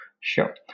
sure